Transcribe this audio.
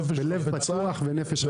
נפש --- בלב פתוח ונפש חפצה.